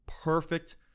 perfect